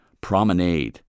promenade